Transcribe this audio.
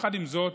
עם זאת,